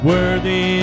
Worthy